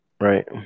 Right